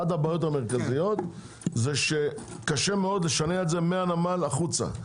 אחת הבעיות המרכזיות זה שקשה לשנע את זה מהנמל החוצה.